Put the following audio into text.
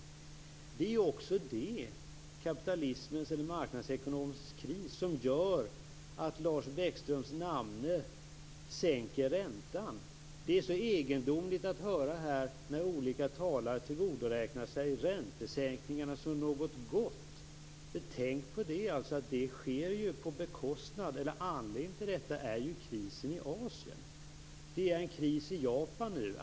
Det är också kapitalismens och marknadsekonomins kris som gör att Lars Bäckström namne sänker räntan. Det är egendomligt att här höra olika talare tillgodogöra sig räntesänkningarna som något gott. Men tänk på att anledningen till räntesänkningen är ju krisen i Asien. Det är en kris i Japan nu.